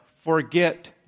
forget